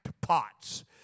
Pots